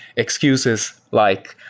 excuses like,